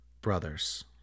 brothers